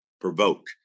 provoke